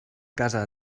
casa